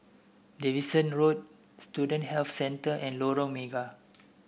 Davidson Road Student Health Centre and Lorong Mega